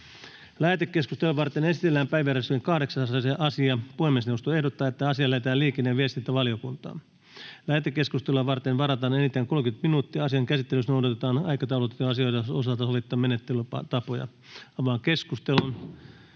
Lähetekeskustelua varten esitellään päiväjärjestyksen 6. asia. Puhemiesneuvosto ehdottaa, että asia lähetetään liikenne- ja viestintävaliokuntaan. Lähetekeskustelua varten varataan 30 minuuttia. Asian käsittelyssä noudatetaan aikataulutettujen asioiden osalta sovittuja menettelytapoja. Avaan keskustelun.